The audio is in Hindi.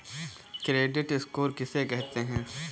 क्रेडिट स्कोर किसे कहते हैं?